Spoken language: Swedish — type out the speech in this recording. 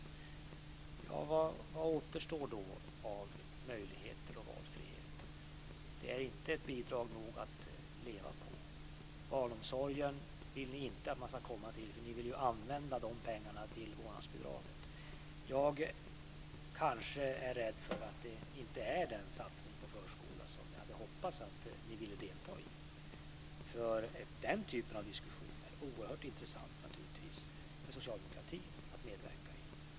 Vad återstår då av möjligheter och valfrihet? Detta är inte ett bidrag stort nog att leva på. Och ni vill inte att man ska komma till barnomsorgen, för ni vill använda de pengarna till vårdnadsbidraget. Jag är rädd för att detta kanske inte är den satsning på förskolan som jag hade hoppats att ni ville delta i. Den typen av diskussioner är naturligtvis oerhört intressanta för socialdemokratin att medverka i.